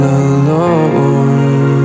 alone